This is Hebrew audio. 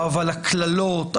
אבל הקללות,